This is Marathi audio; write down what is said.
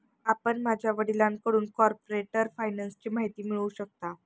आपण माझ्या वडिलांकडून कॉर्पोरेट फायनान्सची माहिती मिळवू शकता